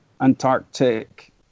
Antarctic